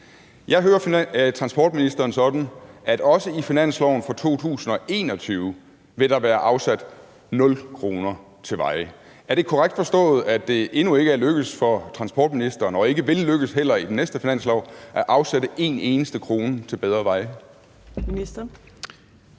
Jeg hører transportministeren sådan, at også i finansloven for 2021 vil der være afsat nul kroner til veje. Er det korrekt forstået, at det endnu ikke er lykkedes for transportministeren – og heller ikke vil lykkes i den næste finanslov – at afsætte en eneste krone til bedre veje?